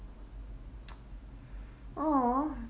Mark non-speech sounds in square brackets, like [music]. [noise] !aww!